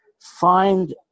find